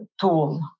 tool